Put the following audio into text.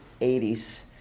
80s